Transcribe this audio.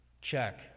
check